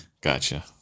Gotcha